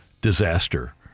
disaster